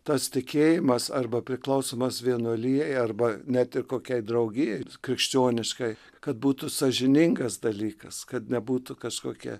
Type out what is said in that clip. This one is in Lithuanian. tas tikėjimas arba priklausymas vienuolijai arba net ir kokiai draugijai krikščioniškai kad būtų sąžiningas dalykas kad nebūtų kažkokia